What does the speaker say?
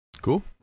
Cool